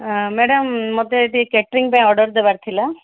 madam ମୋତେ ଏଠି catering ପାଇଁ ଅର୍ଡ଼ର୍ ଦେବାର ଥିଲା